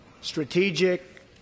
strategic